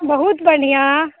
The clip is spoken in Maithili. बहुत बढ़िऑं